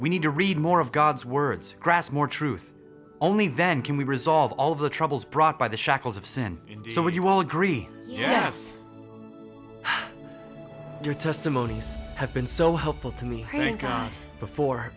we need to read more of god's words grass more truth only then can we resolve all the troubles brought by the shackles of sin so would you all agree yes your testimonies have been so helpful to me before